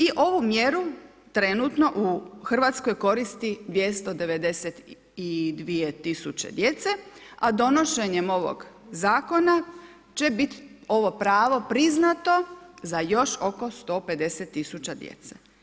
I ovu mjeru trenutno u Hrvatskoj koristi 292 000 djece, a donošenjem ovog zakona će biti ovo pravo priznato za još oko 150 000 djece.